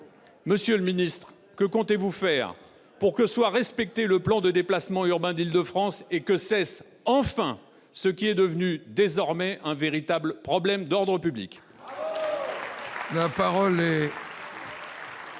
Monsieur le ministre, que comptez-vous faire pour que soit respecté le plan de déplacements urbains d'Île-de-France et que cesse enfin ce qui est devenu un véritable problème d'ordre public ?